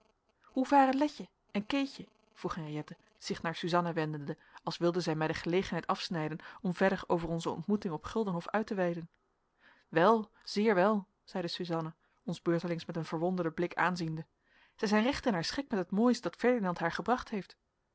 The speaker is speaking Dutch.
hoe varen letje en keetje vroeg henriëtte zich naar suzanna wendende als wilde zij mij de gelegenheid afsnijden om verder over onze ontmoeting op guldenhof uit te weiden wel zeer wel zeide suzanna ons beurtelings met een verwonderden blik aanziende zij zijn recht in haar schik met het moois dat ferdinand haar gebracht heeft